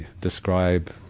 describe